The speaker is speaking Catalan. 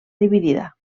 dividida